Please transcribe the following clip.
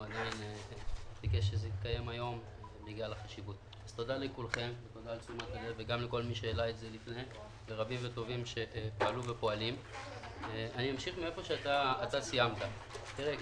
הוא עדיין